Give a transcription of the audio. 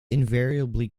invariably